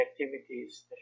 activities